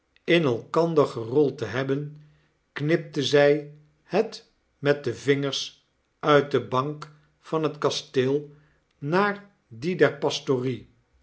in elkander gerold te hebben knipte zy het met de vingers uit de bank van het kasteel naar die der pastorie